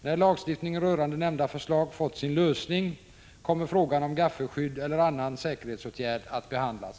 När lagstiftningen rörande nämnda förslag fått sin lösning kommer frågan om gaffelskydd eller annan säkerhetsåtgärd att behandlas.